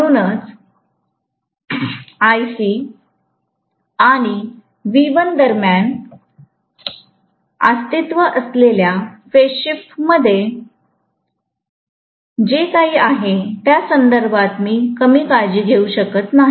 म्हणूनच Ic आणि V1 दरम्यान अस्तित्वात असलेल्या फेज शिफ्ट मध्ये जे काही आहे त्या संदर्भात मी कमी काळजी घेऊ शकत नाही